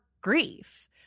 grief